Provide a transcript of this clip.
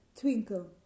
twinkle